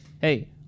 Hey